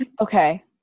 Okay